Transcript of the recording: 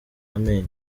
amenyo